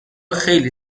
خیلی